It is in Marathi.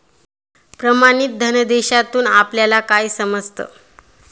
प्रमाणित धनादेशातून आपल्याला काय समजतं?